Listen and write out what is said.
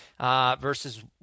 verses